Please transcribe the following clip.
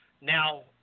Now